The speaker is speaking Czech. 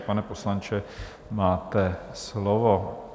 Pane poslanče, máte slovo.